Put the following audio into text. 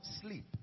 sleep